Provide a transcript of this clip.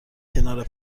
کنار